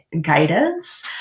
guidance